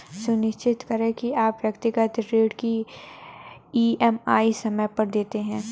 सुनिश्चित करें की आप व्यक्तिगत ऋण की ई.एम.आई समय पर देते हैं